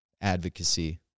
advocacy